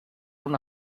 una